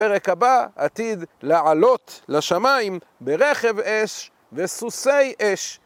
בפרק הבא עתיד לעלות לשמיים ברכב אש וסוסי אש